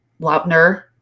Lautner